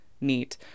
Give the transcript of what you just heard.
neat